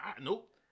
nope